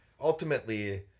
ultimately